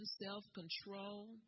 self-control